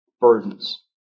burdens